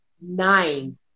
nine